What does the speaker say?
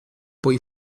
poi